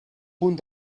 punt